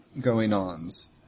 going-ons